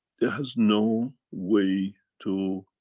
it has no way to,